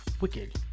wicked